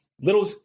little